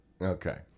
Okay